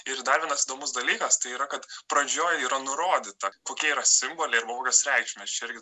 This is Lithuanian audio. ir dar vienas įdomus dalykas tai yra kad pradžioj yra nurodyta kokie yra simboliai ir naujos reikšmės čia irgi